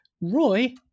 Roy